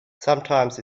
sometimes